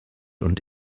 und